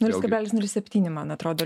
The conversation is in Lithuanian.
nulis kablelis nulis septyni man atrodo